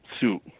suit